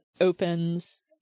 opens